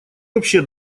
вообще